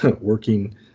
working